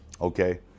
okay